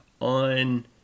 on